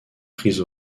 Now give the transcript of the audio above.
prise